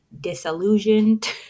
disillusioned